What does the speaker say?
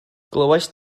glywaist